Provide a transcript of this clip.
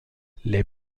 les